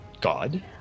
god